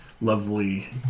lovely